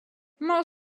more